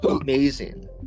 amazing